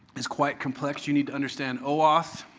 is quite complex. you need to understand oauth,